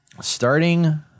starting